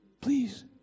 please